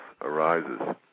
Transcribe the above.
arises